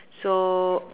so